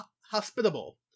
hospitable